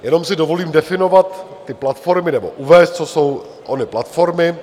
Jenom si dovolím definovat ty platformy nebo uvést, co jsou ony platformy.